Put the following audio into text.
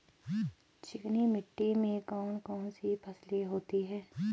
चिकनी मिट्टी में कौन कौन सी फसलें होती हैं?